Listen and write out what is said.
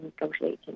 negotiating